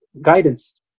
guidance